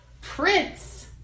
Prince